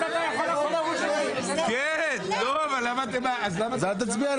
אל תצביע על